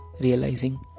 realizing